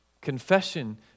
Confession